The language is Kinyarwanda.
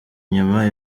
inyuma